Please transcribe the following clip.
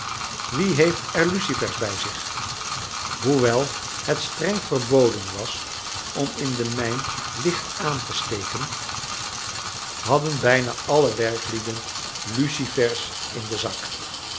wie heeft er lucifers bij zich hoewel het streng verboden was om in de mijn licht aan te steken hadden bijna alle werklieden lucifers in den zak